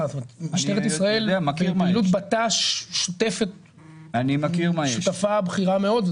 משטרת ישראל מקיימת פעילות ביטחון שוטף והיא שותפה בכירה מאוד.